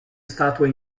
statue